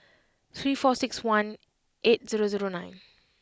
three four six one eight zero zero nine